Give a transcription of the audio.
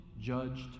judged